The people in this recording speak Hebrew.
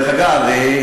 דרך אגב,